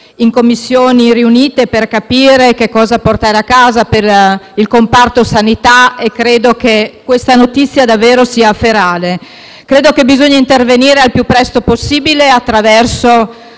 Commissioni riunite per capire che cosa portare a casa per il comparto sanità e credo che questa notizia davvero sia ferale. Ritengo si debba intervenire il più presto possibile attraverso